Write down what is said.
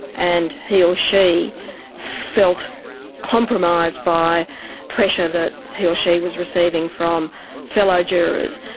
and he or she felt compromised by pressure that he or she was receiving from fellow jurors.